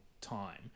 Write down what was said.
time